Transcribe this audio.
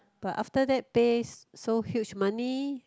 but after that pays so huge money